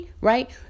right